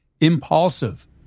Impulsive